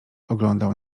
oglądał